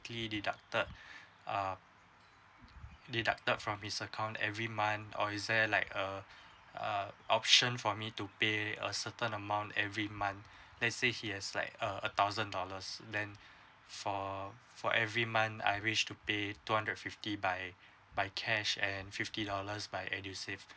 he deduct uh err deduct up from his account every month or is there like uh uh option for me to pay a certain amount every month let's say he has like a a thousand dollars then for uh for every month I wish to be two hundred fifty by by cash and fifty dollars by edusave